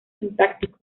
sintáctico